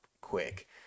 quick